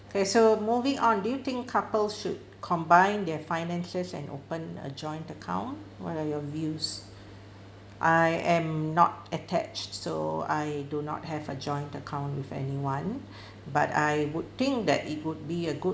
okay so moving on do you think couple should combine their finances and open a joint account what are your views I am not attached so I do not have a joint account with anyone but I would think that it would be a good